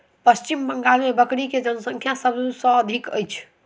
पश्चिम बंगाल मे बकरी के जनसँख्या सभ से अधिक अछि